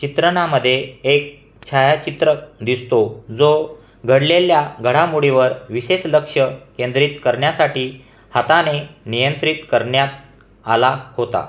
चित्रणामध्ये एक छायाचित्रक दिसतो जो घडलेल्या घडामोडीवर विशेष लक्ष केंद्रित करण्यासाठी हाताने नियंत्रित करण्यात आला होता